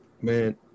Man